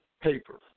paper